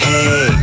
Hey